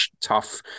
tough